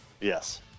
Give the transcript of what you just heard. Yes